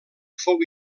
fou